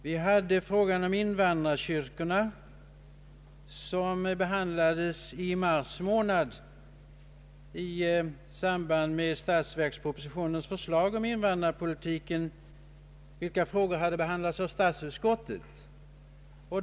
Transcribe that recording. Vi hade frågan om invandrarkyrkorna, som behandlades i mars månad i samband med statsverkspropositionens förslag om invandrarpolitiken. Dessa frågor behandlades av statsutskottet.